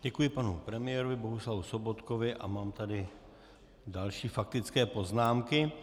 Děkuji panu premiérovi Bohuslavu Sobotkovi a mám tady další faktické poznámky.